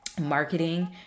marketing